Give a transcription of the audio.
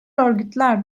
örgütler